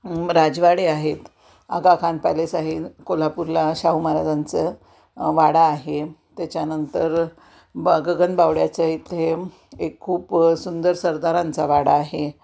राजवाडे आहेत आगाखान पॅलेस आहे कोल्हापूरला शाहू महाराजांचं वाडा आहे त्याच्यानंतर ब गगनबावड्याच्या इथे एक खूप सुंदर सरदारांचा वाडा आहे